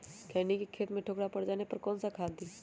खैनी के खेत में ठोकरा पर जाने पर कौन सा खाद दी?